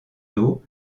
dos